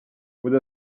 with